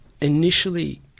initially